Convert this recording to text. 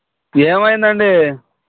ఏమైంది అండి